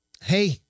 hey